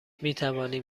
میتوانیم